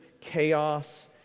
chaos